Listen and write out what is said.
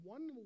One